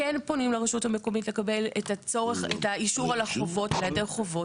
כן פונים לרשות המקומית לקבל את האישור להיעדר חובות.